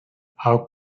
how